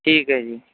ਠੀਕ ਹੈ ਜੀ